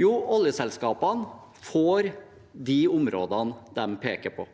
Jo, oljeselskapene får de områdene de peker på,